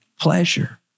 pleasure